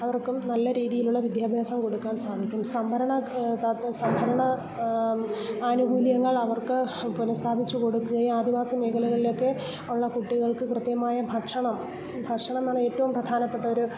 അവർക്കും നല്ല രീതിയിലുള്ള വിദ്യാഭ്യാസം കൊടുക്കാൻ സാധിക്കും സംവരണ കാർക്ക് സംവരണ ആനുകൂല്യങ്ങൾ അവർക്ക് പുനഃസ്ഥാപിച്ച് കൊടുക്കുകയും ആദിവാസി മേഖലകളിലൊക്കെ ഉള്ള കുട്ടികൾക്ക് കൃത്യമായ ഭക്ഷണം ഭക്ഷണമാണ് ഏറ്റവും പ്രധാനപ്പെട്ട ഒരു